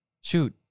Shoot